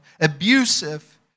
abusive